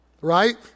Right